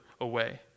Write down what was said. away